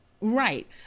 Right